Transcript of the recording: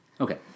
Okay